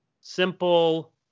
simple